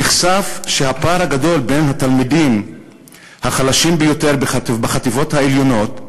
נחשף שהפער הגדול בין התלמידים החלשים ביותר בחטיבות העליונות,